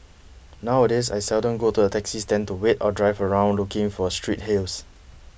nowadays I seldom go to the taxi stand to wait or drive around looking for street hails